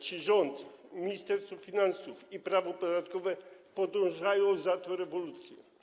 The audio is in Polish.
Czy rząd, Ministerstwo Finansów i prawo podatkowe podążają za tą rewolucją?